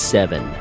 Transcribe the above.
Seven